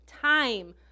time